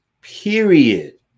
Period